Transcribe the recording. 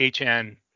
HN